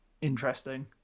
interesting